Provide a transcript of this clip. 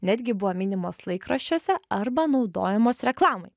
netgi buvo minimos laikraščiuose arba naudojamos reklamai